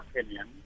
opinion